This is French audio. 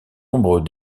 nombre